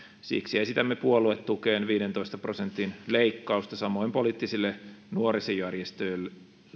siksi esitämme puoluetukeen viidentoista prosentin leikkausta samoin poliittisille nuorisojärjestöille